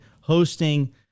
hosting